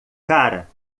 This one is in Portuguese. cara